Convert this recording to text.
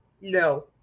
No